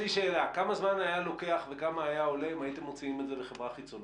כמה זמן היה לוקח וכמה היה עולה אם הייתם מוציאים את זה לחברה חיצונית?